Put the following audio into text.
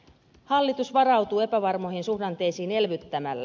hallitus varautuu epävarmoihin suhdanteisiin elvyttämällä